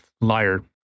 liar